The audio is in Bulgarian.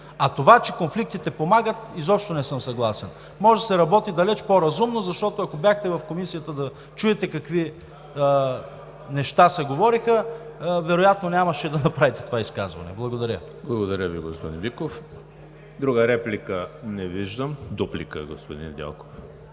А това, че конфликтите помагат, изобщо не съм съгласен. Може да се работи далеч по-разумно, защото, ако бяхте в Комисията, да чуете какви неща се говореха, вероятно нямаше да направите това изказване. Благодаря. ПРЕДСЕДАТЕЛ ЕМИЛ ХРИСТОВ: Благодаря Ви, господин Биков. Друга реплика? Не виждам. Дуплика – господин Недялков.